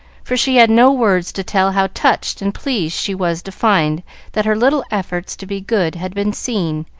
for she had no words to tell how touched and pleased she was to find that her little efforts to be good had been seen,